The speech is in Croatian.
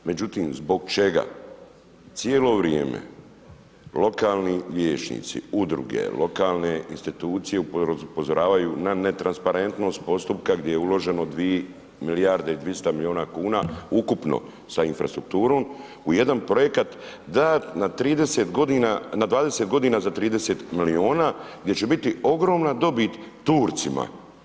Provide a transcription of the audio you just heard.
Međutim, zbog čega cijelo vrijeme lokalni vijećnici, udruge, lokalne institucije upozoravaju na netransparentnost postupka, gdje je uloženo 2 milijarde i 200 milijuna kuna ukupno sa infrastrukturom u jedan projekat da na 30 godina, na 20 godina za 30 milijuna, gdje će biti ogromna dobit Turcima.